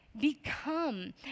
become